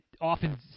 often